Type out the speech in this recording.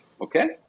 okay